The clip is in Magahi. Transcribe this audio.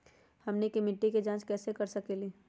हमनी के मिट्टी के जाँच कैसे कर सकीले है?